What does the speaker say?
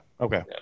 Okay